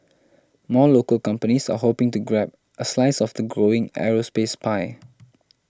more local companies are hoping to grab a slice of the growing aerospace pie